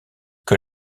que